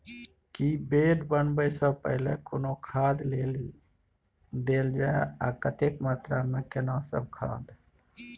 की bed बनबै सॅ पहिने कोनो खाद देल जाय आ कतेक मात्रा मे केना सब खाद?